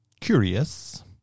curious